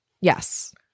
Yes